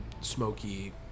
smoky